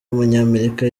w’umunyamerika